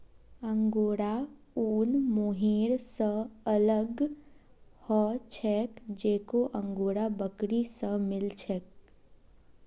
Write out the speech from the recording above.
angora ऊन mohair स अलग ह छेक जेको अंगोरा बकरी स मिल छेक